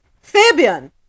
fabian